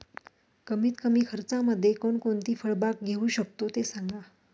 कमीत कमी खर्चामध्ये कोणकोणती फळबाग घेऊ शकतो ते सांगा